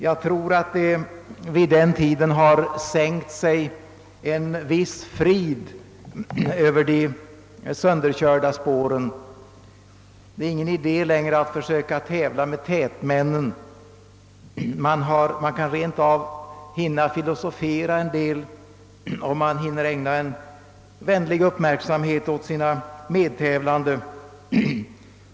Jag tror att det vid den tiden har sänkt sig en viss frid över det sönderkörda spåret. Det är inte längre någon idé att försöka tävla med tätmännen. Man kan rent av hinna filosofera en del, och man hinner ägna en vänlig uppmärksamhet åt sina medtävlande.